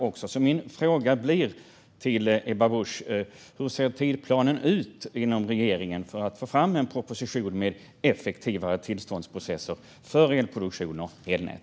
Hur ser regeringens tidsplan ut för att få fram en proposition med effektivare tillståndsprocesser för elproduktion och elnät?